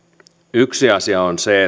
yksi asia on se